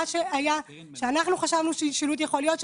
מה שהיה זה שאנחנו חשבנו ששילוט יכול להיות,